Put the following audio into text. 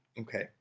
okay